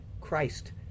Christ